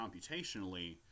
computationally